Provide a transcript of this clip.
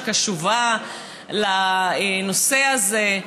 שקשובה לנושא הזה,